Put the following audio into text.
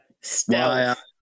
Stealth